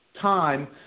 time